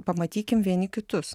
pamatykim vieni kitus